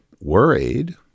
worried